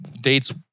dates